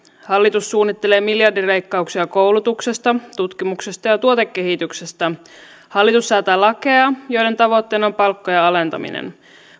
hallitus suunnittelee miljardileikkauksia koulutuksesta tutkimuksesta ja ja tuotekehityksestä hallitus säätää lakeja joiden tavoitteena on palkkojen alentaminen